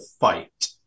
fight